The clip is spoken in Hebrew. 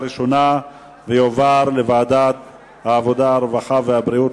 לוועדת העבודה, הרווחה והבריאות